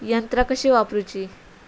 यंत्रा कशी वापरूची?